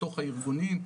בתוך הארגונים.